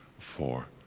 four,